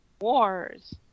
wars